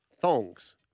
Thongs